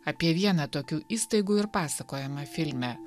apie vieną tokių įstaigų ir pasakojama filme